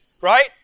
Right